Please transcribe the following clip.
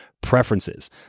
preferences